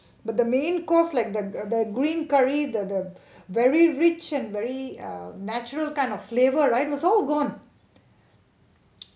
but the main course like the the the green curry the the very rich and very uh natural kind of flavor right was all gone